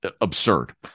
absurd